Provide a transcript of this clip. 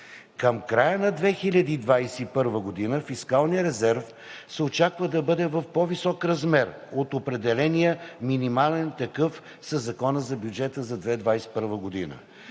Към края на 2021 г. фискалният резерв се очаква да бъде в по-висок размер от определения минимален такъв със Закона за бюджета за 2021 г.